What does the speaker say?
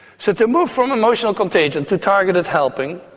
so to move from emotional contagion to targeted helping,